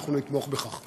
ואנחנו נתמוך בכך.